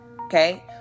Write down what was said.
Okay